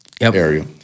area